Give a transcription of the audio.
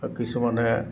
আৰু কিছুমানে